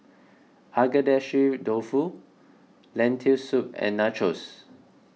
Agedashi Dofu Lentil Soup and Nachos